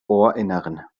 ohrinneren